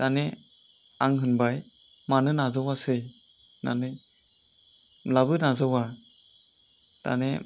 दाने आं होनबाय मानो नाजावासै होननानै होनब्लाबो नाजावा दाने